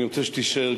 אני רוצה שתישאר,